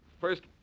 first